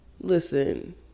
listen